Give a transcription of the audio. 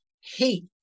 hate